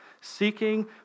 seeking